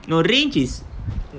no range is